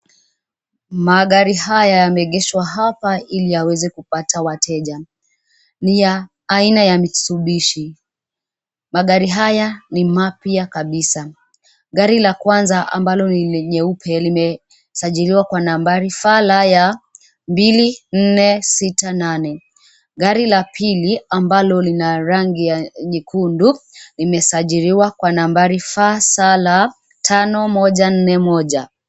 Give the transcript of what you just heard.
Magari haya yameegeshwa hapa ili yaweze kupata wateja. Niya aina ya Mitisubishi. Magari haya ni mapya kabisa. Gari la kwanza ambalo ni nyeupe limesajiliwa kwa nambari FLY 2468,gari la pili ambalo lina rangi ya nyekundu limesajiliwa kwa nambari FSL 5141.